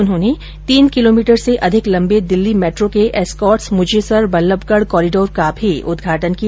उन्होंने तीन किलोमीटर से अधिक लंबे दिल्ली मैट्रो के एस्कॉर्ट्स मुजेसर बल्लभगढ़ कॉरिडोर का भी उदघाटन किया